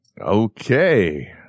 Okay